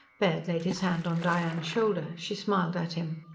baird laid his hand on diane's shoulder. she smiled at him.